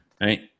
right